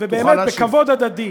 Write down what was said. ובאמת בכבוד הדדי.